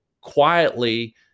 quietly